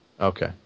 Okay